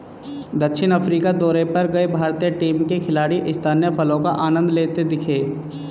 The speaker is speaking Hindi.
दक्षिण अफ्रीका दौरे पर गए भारतीय टीम के खिलाड़ी स्थानीय फलों का आनंद लेते दिखे